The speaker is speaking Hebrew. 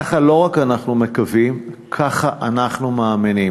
ככה אנחנו לא רק מקווים, ככה אנחנו מאמינים.